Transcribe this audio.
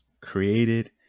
created